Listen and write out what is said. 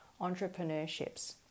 entrepreneurships